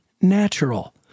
natural